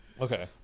Okay